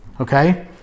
okay